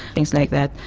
things like that.